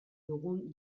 dugun